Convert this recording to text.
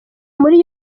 muri